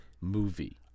movie